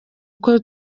uko